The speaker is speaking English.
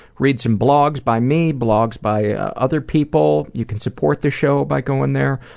read some blogs by me, blogs by other people, you can support the show by going there,